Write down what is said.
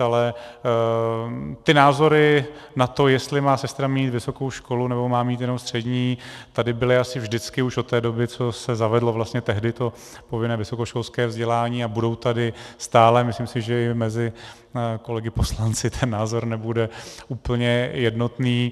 Ale názory na to, jestli má sestra mít vysokou školu, nebo má mít jenom střední, tady byly asi vždycky už od té doby, co se zavedlo vlastně tehdy to povinné vysokoškolské vzdělání, a budou tady stále a myslím si, že ani mezi kolegy poslanci ten názor nebude úplně jednotný.